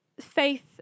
faith